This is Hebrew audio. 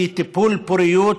כי טיפול פוריות,